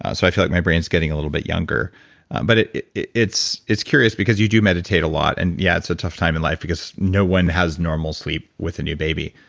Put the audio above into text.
so i feel like my brain's getting a little bit younger but it's it's curious, because you do meditate a lot, and yeah, it's a tough time in life because no one has normal sleep with a new baby.